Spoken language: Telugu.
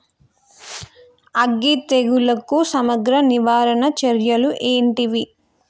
అగ్గి తెగులుకు సమగ్ర నివారణ చర్యలు ఏంటివి?